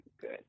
good